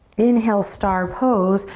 inhale, star pose,